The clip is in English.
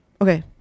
okay